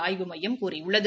ஆய்வு மையம் கூறியுள்ளது